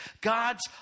God's